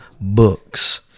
books